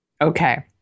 Okay